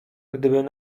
gdybym